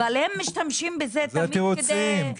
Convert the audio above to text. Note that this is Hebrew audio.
אבל הם משתמשים בזה תמיד --- זה תירוצים,